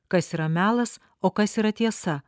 kas yra melas o kas yra tiesa